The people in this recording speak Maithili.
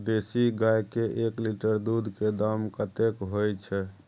देसी गाय के एक लीटर दूध के दाम कतेक होय छै?